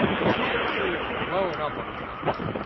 you can't keep blowing up on them like that,